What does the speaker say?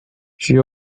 she